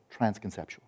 transconceptual